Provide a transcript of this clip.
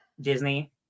Disney